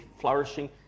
flourishing